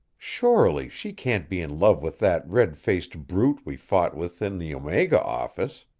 surely she can't be in love with that red-faced brute we fought with in the omega office,